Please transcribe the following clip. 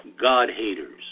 God-haters